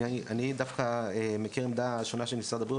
אני דווקא מכיר עמדה שונה של משרד הבריאות